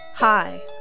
Hi